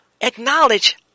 acknowledge